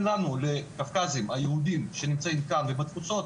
לנו לקווקזים היהודים שנמצאים כאן ובתפוצות,